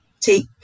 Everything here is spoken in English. take